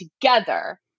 together